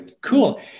cool